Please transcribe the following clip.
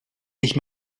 ich